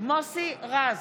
מוסי רז,